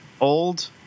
Old